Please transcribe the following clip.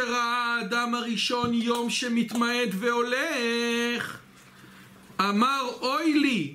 ראה האדם הראשון יום שמתמעט והולך אמר אוי לי